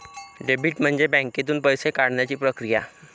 debit म्हणजे बँकेतून पैसे काढण्याची प्रक्रिया